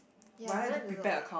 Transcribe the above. ya I don't like to do audit